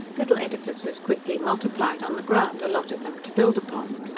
little edifices quickly multiplied on the ground allotted them to build upon.